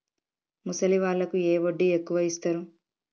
ముసలి వాళ్ళకు ఏ వడ్డీ ఎక్కువ ఇస్తారు?